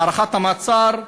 בהארכת המעצר,